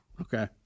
Okay